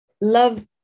love